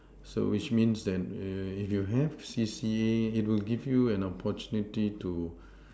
so which means that if you have C_C_A it will give you an opportunity to